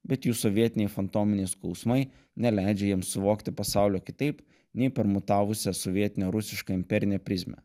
bet jų sovietiniai fantominiai skausmai neleidžia jiems suvokti pasaulio kitaip nei per mutavusią sovietinę rusišką imperinę prizmę